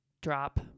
drop